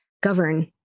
govern